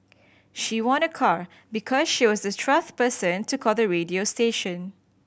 she won a car because she was the twelfth person to call the radio station